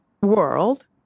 world